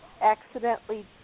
accidentally